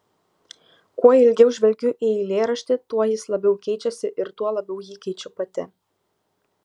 kuo ilgiau žvelgiu į eilėraštį tuo jis labiau keičiasi ir tuo labiau jį keičiu pati